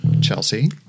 Chelsea